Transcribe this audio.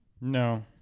No